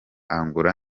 angola